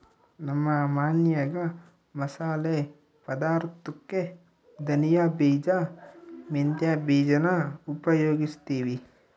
ನಮ್ಮ ಮನ್ಯಾಗ ಮಸಾಲೆ ಪದಾರ್ಥುಕ್ಕೆ ಧನಿಯ ಬೀಜ, ಮೆಂತ್ಯ ಬೀಜಾನ ಉಪಯೋಗಿಸ್ತೀವಿ